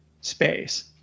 space